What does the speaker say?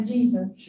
Jesus